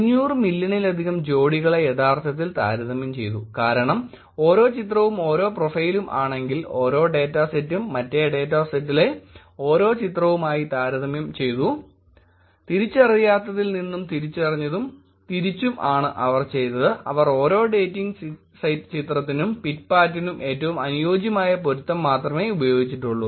500 മില്യണിലധികം ജോഡികളെ യഥാർത്ഥത്തിൽ താരതമ്യം ചെയ്തു കാരണം ഓരോ ചിത്രവും ഓരോ പ്രൊഫൈലും ആണെങ്കിൽ ഓരോ ഡാറ്റാ സെറ്റും മറ്റേ ഡാറ്റ സെറ്റിലെ ഓരോ ചിത്രങ്ങളുമായി താരതമ്യം ചെയ്തു തിരിച്ചറിയാത്തതിൽ നിന്നും തിരിച്ചറിഞ്ഞതും തിരിച്ചും ആണ് അവർ ചെയ്തത് അവർ ഓരോ ഡേറ്റിംഗ് സൈറ്റ് ചിത്രത്തിനും പിറ്റ്പാറ്റിനും ഏറ്റവും അനുയോജ്യമായ പൊരുത്തം മാത്രമേ ഉപയോഗിച്ചിട്ടുള്ളൂ